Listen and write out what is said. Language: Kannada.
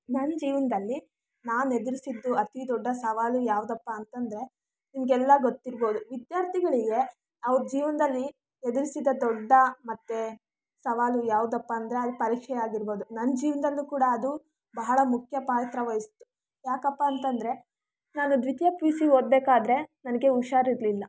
ನನ್ನ ಜೀವನದಲ್ಲಿ ನಾನು ಎದುರಿಸಿದ್ದು ಅತಿ ದೊಡ್ಡ ಸವಾಲು ಯಾವುದಪ್ಪ ಅಂತ ಅಂದರೆ ನಿಮಗೆಲ್ಲ ಗೊತ್ತಿರಬಹುದು ವಿದ್ಯಾರ್ಥಿಗಳಿಗೆ ಅವರ ಜೀವನದಲ್ಲಿ ಎದುರಿಸಿದ ದೊಡ್ಡ ಮತ್ತೆ ಸವಾಲು ಯಾವುದಪ್ಪ ಅಂದರೆ ಅದು ಪರೀಕ್ಷೆಯಾಗಿರಬಹುದು ನನ್ನ ಜೀವನದಲ್ಲೂ ಕೂಡ ಅದು ಬಹಳ ಮುಖ್ಯ ಪಾತ್ರವಹಿಸಿತು ಯಾಕಪ್ಪಾ ಅಂತ ಅಂದರೆ ನಾನು ದ್ವಿತೀಯ ಪಿ ಯು ಸಿ ಓದ್ಬೇಕಾದ್ರೆ ನನಗೆ ಹುಷಾರು ಇರ್ಲಿಲ್ಲ